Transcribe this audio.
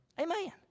Amen